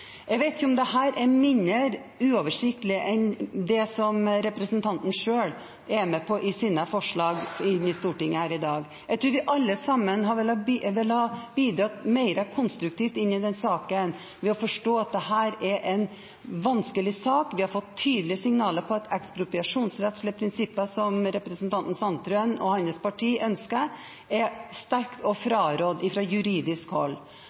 Jeg vet ikke om dette er mer uoversiktlig enn det som representanten selv er med på i sine forslag i Stortinget her i dag. Jeg tror vi alle sammen ville ha bidratt mer konstruktivt i denne saken ved å forstå at dette er en vanskelig sak. Vi har fått tydelige signaler fra juridisk hold om at ekspropriasjonsrettslige prinsipper, som representanten Sandtrøen og hans parti ønsker, er sterkt